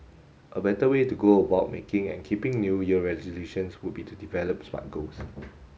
a better way to go about making and keeping new year resolutions would be to develop Smart goals